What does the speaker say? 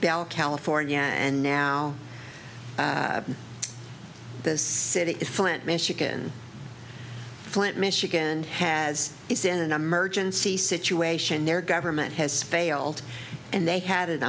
bell california and now this city is flint michigan flint michigan has is in an emergency situation their government has failed and they have an